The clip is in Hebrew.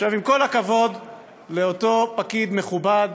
עכשיו, עם כל הכבוד לאותו פקיד מכובד,